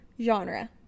genre